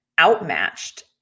outmatched